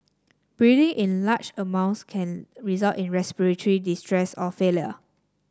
breathing in large amounts can result in respiratory distress or failure